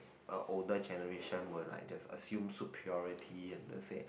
a older generation will like just assume so purity and that's say